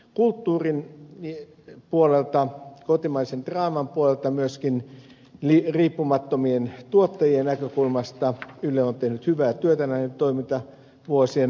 kulttuurin puolelta kotimaisen draaman puolelta myöskin riippumattomien tuottajien näkökulmasta yle on tehnyt hyvää työtä näiden toimintavuosien aikana